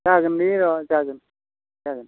जागोनलै अ जागोन